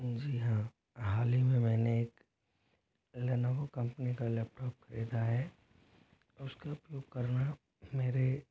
जी हाँ हाल ही में मैंने एक लेनेवो कंपनी का लैपटॉप खरीदा है उसका उपयोग करना मेरे